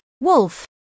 wolf